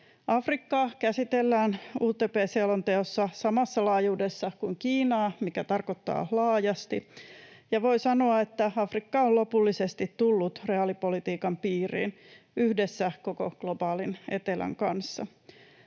Afrikkaa käsitellään UTP-selonteossa samassa laajuudessa kuin Kiinaa, mikä tarkoittaa laajasti, ja voi sanoa, että Afrikka on lopullisesti tullut reaalipolitiikan piiriin yhdessä koko globaalin etelän kanssa.